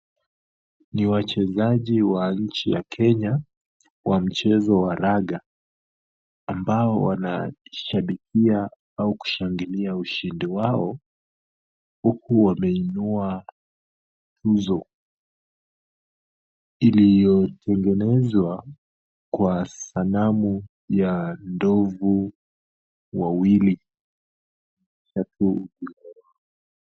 Ni wachezaji wa nchi ya Kenya wa mchezo wa raga, ambao wanashabikia au kushangilia ushindi wao huku wameinua nguzo iliyotengenezwa kwa sanamu ya ndovu wawili.